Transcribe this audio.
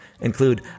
include